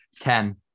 ten